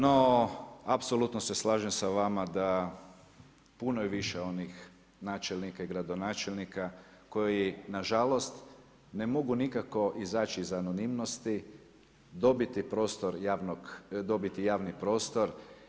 No apsolutno se slažem sa vama da puno je više onih načelnika i gradonačelnika koji nažalost ne mogu nikako izaći iz anonimnosti, dobiti prostor javnog, dobiti javni prostor.